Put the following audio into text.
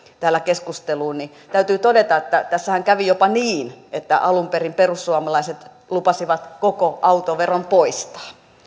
täällä keskusteluun täytyy todeta että tässähän kävi jopa niin että alun perin perussuomalaiset lupasivat koko autoveron poistaa